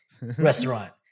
restaurant